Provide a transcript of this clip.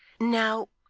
now,